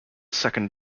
second